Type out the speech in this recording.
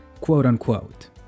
quote-unquote